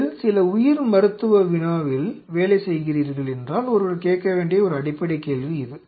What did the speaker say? நீங்கள் சில உயிர் மருத்துவ வினாவில் வேலை செய்கிறீர்கள் என்றால் ஒருவர் கேட்க வேண்டிய ஒரு அடிப்படை கேள்வி இது